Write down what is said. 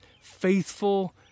faithful